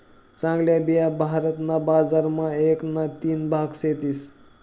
चांगल्या बिया भारत ना बजार मा एक ना तीन भाग सेतीस